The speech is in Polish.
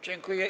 Dziękuję.